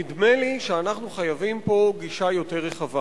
נדמה לי שאנחנו חייבים פה גישה יותר רחבה,